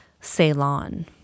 Ceylon